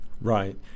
Right